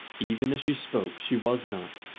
even as she spoke she was not,